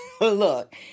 Look